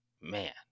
Man